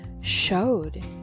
showed